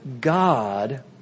God